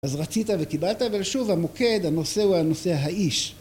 אז רצית וקיבלת ושוב המוקד הנושא הוא הנושא האיש